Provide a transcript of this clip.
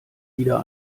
wieder